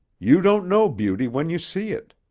you don't know beauty when you see it.